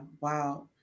Wow